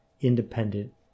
independent